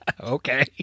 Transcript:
Okay